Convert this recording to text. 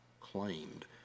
claimed